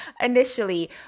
initially